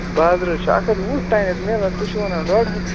بازرٕ حظ چھُ اَکھ ہَتھ وُہ میلان تُہۍ چھِو وَنان ڈۄڈ ہَتھ